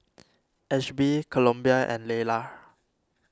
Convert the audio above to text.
Ashby Columbia and Laylah